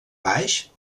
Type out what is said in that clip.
baix